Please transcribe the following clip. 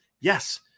Yes